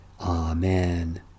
Amen